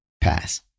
pass